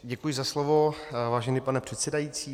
Děkuji za slovo, vážený pane předsedající.